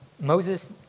Moses